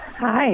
Hi